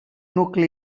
nucli